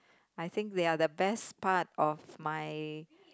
I think they're the best part of my